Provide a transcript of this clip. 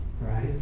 right